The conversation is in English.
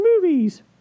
movies